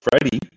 Freddie